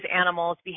animals